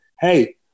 hey